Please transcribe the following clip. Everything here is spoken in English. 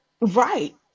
Right